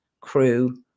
crew